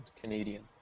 Canadian